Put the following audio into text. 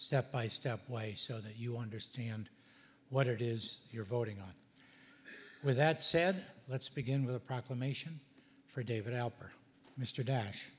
step by step way so that you understand what it is you're voting on with that said let's begin with a proclamation for david alpert mr dash